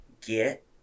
get